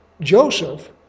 Joseph